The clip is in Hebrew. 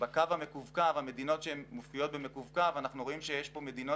המדינות שמופיעות במקווקו הן מדינות